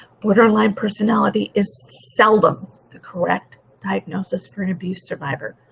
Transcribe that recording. borderline personality is seldom the correct diagnosis for an abuse survivor.